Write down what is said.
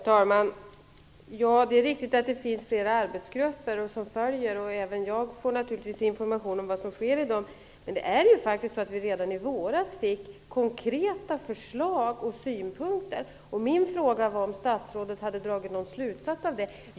Herr talman! Det är riktigt att det finns flera arbetsgrupper som följer utvecklingen. Även jag får naturligtvis information om vad som sker i de olika arbetsgrupperna. Redan i våras fick vi faktiskt konkreta förslag och synpunkter. Min fråga här var om statsrådet hade dragit någon slutsats av det.